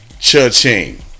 cha-ching